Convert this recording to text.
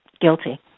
guilty